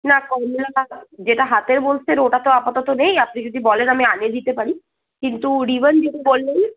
না কমলাটা যেটা হাতের বলছেন ওটা তো আপাতত নেই আপনি যদি বলেন আমি অনিয়ে দিতে পারি কিন্তু রিবন যদি বলেন